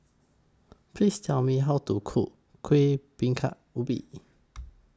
Please Tell Me How to Cook Kueh Bingka Ubi